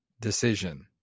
decision